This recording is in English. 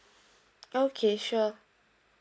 okay sure